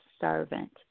servant